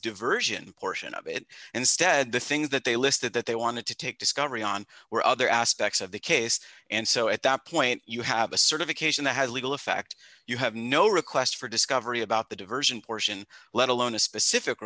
diversion portion of it and instead the things that they listed that they wanted to take discovery on were other aspects of the case and so at that point you have a certification that has legal effect you have no request for discovery about the diversion portion let alone a specific